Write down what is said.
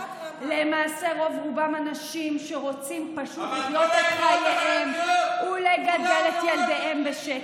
למעשה רוב-רובם אנשים שרוצים פשוט לחיות את חייהם ולגדל את ילדיהם בשקט.